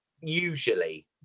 usually